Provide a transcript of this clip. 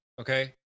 Okay